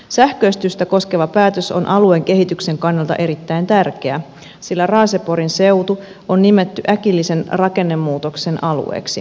sähköistystä koskeva päätös on alueen kehityksen kannalta erittäin tärkeä sillä raaseporin seutu on nimetty äkillisen rakennemuutoksen alueeksi